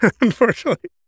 Unfortunately